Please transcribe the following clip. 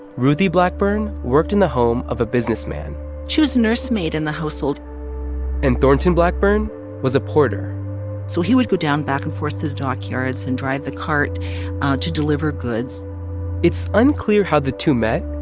ruthie blackburn worked in the home of a businessman she was a nursemaid in the household and thornton blackburn was a porter so he would go down back and forth to the dock yards and drive the cart to deliver goods it's unclear how the two met.